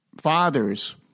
fathers